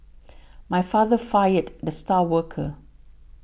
my father fired the star worker